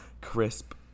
crisp